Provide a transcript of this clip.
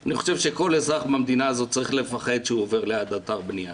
אני חושב שכל אזרח במדינה הזאת צריך לפחד כשהוא עובר ליד אתר בנייה.